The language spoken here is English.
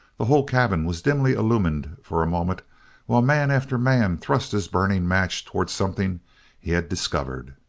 the whole cabin was dimly illumined for a moment while man after man thrust his burning match towards something he had discovered.